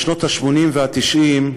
בשנות ה-80 וה-90,